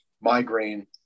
migraine